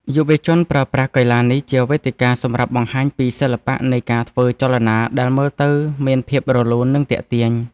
យុវជនប្រើប្រាស់កីឡានេះជាវេទិកាសម្រាប់បង្ហាញពីសិល្បៈនៃការធ្វើចលនាដែលមើលទៅមានភាពរលូន និងទាក់ទាញ។